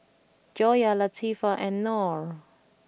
Joyah Latifa and Nor